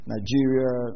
Nigeria